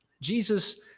Jesus